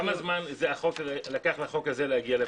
כמה זמן לקח לחוק הזה להגיע לפה?